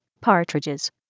Partridges